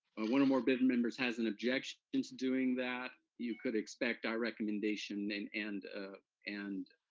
one or more board and members has an objection and to doing that, you could expect our recommendation and and and